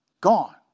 Gone